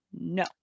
No